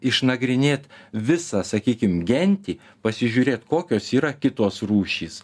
išnagrinėt visą sakykim gentį pasižiūrėt kokios yra kitos rūšys